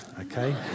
Okay